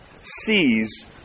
sees